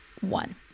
one